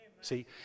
See